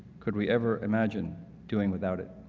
could we ever imagine doing without it?